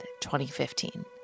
2015